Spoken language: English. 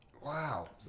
Wow